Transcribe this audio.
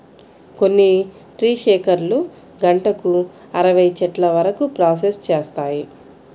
కొన్ని ట్రీ షేకర్లు గంటకు అరవై చెట్ల వరకు ప్రాసెస్ చేస్తాయి